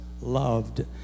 loved